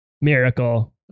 Miracle